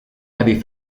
heavy